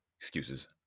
excuses